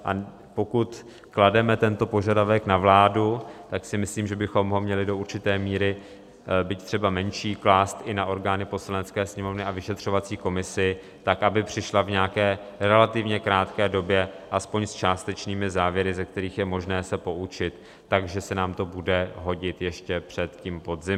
A pokud klademe tento požadavek na vládu, tak si myslím, že bychom ho měli do určité míry, byť třeba menší, klást i na orgány Poslanecké sněmovny a vyšetřovací komisi tak, aby přišla v nějaké relativně krátké době aspoň s částečnými závěry, ze kterých je možné se poučit, takže se nám to bude hodit ještě před podzimem.